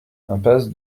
impasse